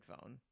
phone